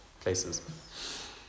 places